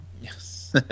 yes